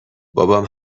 بابام